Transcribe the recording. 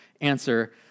answer